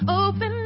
open